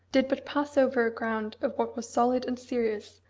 did but pass over a ground of what was solid and serious,